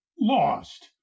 lost